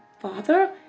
Father